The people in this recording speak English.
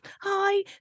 Hi